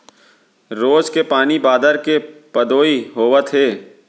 रोज के पानी बादर के पदोई होवत हे